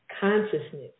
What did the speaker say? consciousness